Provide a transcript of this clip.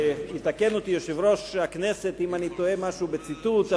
יתקן אותי יושב-ראש הכנסת אם אני טועה במשהו בציטוט,